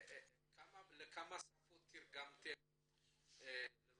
לכמה שפות תרגמתם את החומר,